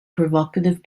provocative